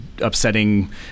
upsetting